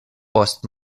post